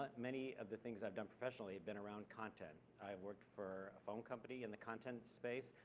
but many of the things i've done professionally have been around content. i have worked for a phone company in the content space.